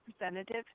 representative